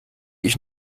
ich